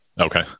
Okay